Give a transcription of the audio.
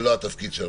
זה לא התפקיד שלנו,